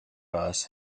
bus